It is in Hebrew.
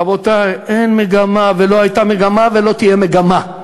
רבותי, אין מגמה ולא הייתה מגמה ולא תהיה מגמה.